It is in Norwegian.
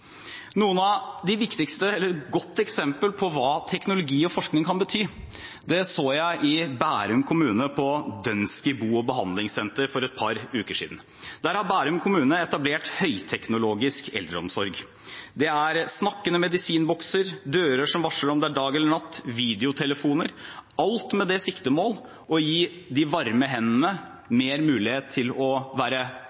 Et godt eksempel på hva teknologi og forskning kan bety, så jeg i Bærum kommune, på Dønski bo- og behandlingssenter, for et par uker siden. Der har Bærum kommune etablert høyteknologisk eldreomsorg: Det er snakkende medisinbokser, dører som varsler om det er dag eller natt, videotelefoner – alt med det siktemål å gi de varme hendene større mulighet til å